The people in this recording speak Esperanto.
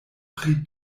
pri